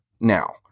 now